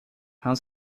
han